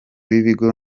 b’ibigo